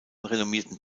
renommierten